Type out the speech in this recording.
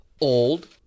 Old